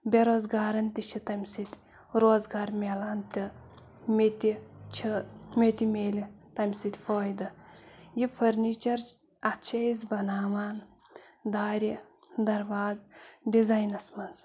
بےٚ روزگارن تہِ چھِ تَمہِ سۭتۍ روزگار میلان تہٕ مےٚ تہِ چھِ مےٚ تہِ میلہِ تَمہِ سۭتۍ فٲیدٕ یہِ فٔرنیٖچر اَتھ چھِ أسۍ بناوان دارِ درواز ڈِزینس منٛز